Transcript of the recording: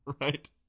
Right